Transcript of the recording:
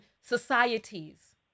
societies